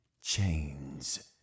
chains